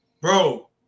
Bro